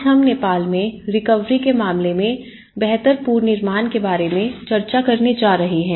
आज हम नेपाल में रिकवरी के मामले में बेहतर पूर्णनिर्माण के बारे में चर्चा करने जा रहे हैं